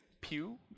pew